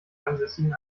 ansässigen